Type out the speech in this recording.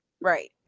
Right